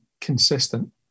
consistent